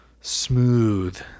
smooth